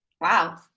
Wow